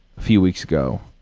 few weeks ago.